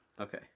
Okay